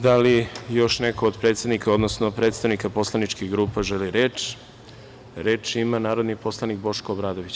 Da li još neko od predsednika odnosno predstavnika poslaničkih grupa želi reč? (Da.) Reč ima narodni poslanik Boško Obradović.